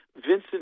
Vincent